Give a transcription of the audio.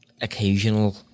occasional